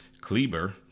Kleber